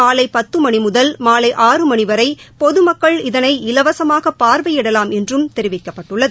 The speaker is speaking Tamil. காலை பத்து மணி முதல் மாலை ஆறு மணி வரை பொது மக்கள் இதனை இலவசமாக பார்வையிடலாம் என்றும் தெரிவிக்கப்பட்டுள்ளது